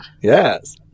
Yes